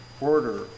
order